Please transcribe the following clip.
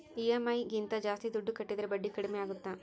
EMI ಗಿಂತ ಜಾಸ್ತಿ ದುಡ್ಡು ಕಟ್ಟಿದರೆ ಬಡ್ಡಿ ಕಡಿಮೆ ಆಗುತ್ತಾ?